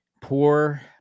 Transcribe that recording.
Poor